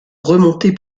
remonté